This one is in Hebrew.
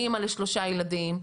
אני אמא לשלושה ילדים.